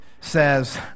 says